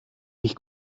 ich